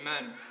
Amen